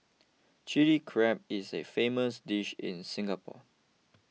Chilli Crab is a famous dish in Singapore